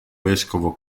vescovo